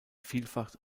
vielfach